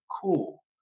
cool